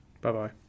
Bye-bye